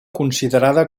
considerada